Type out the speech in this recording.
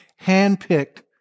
handpicked